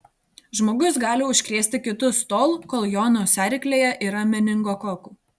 žmogus gali užkrėsti kitus tol kol jo nosiaryklėje yra meningokokų